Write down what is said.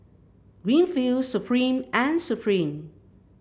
Greenfields Supreme and Supreme